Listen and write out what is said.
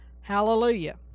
Hallelujah